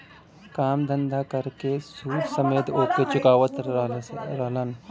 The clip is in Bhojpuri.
काम धंधा कर के सूद समेत ओके चुकावत रहलन